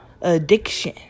addiction